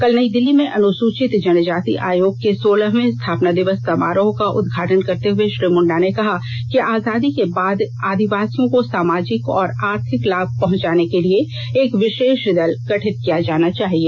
कल नई दिल्ली में अनुसूचित जनजाति आयोग के सोलहवे स्थापना दिवस समारोह का उद्घाटन करते हुए श्री मुंडा ने कहा कि आजादी के बाद आदिवासियों को सामाजिक और आर्थिक लाभ पहुंचाने के लिए एक विशेष दल गठित किया जाना चाहिए